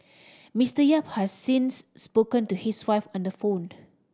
Mister Yap has since spoken to his wife on the phoned